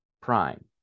prime